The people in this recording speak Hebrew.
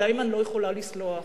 ולהם אני לא יכולה לסלוח,